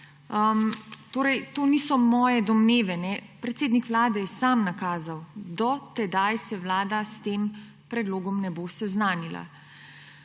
to niso moje domneve, predsednik Vlade je sam nakazal, »do tedaj se Vlada s tem predlogom ne bo seznanila«.